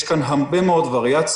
יש כאן הרבה מאוד וריאציות.